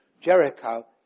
Jericho